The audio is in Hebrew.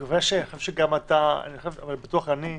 מכיוון שאני חושב שגם אתה, אבל בטוח אני,